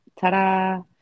ta-da